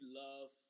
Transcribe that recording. love